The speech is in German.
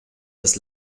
das